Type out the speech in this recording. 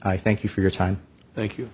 i thank you for your time thank you